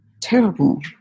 terrible